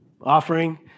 offering